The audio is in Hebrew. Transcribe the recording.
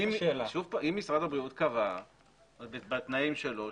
אם משרד הבריאות קבע בתנאים שלו.